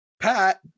Pat